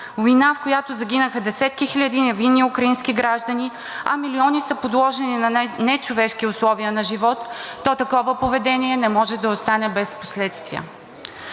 война, в която загинаха десетки хиляди невинни украински граждани, а милиони са подложени на нечовешки условия на живот, то такова поведение не може да остане без последствия.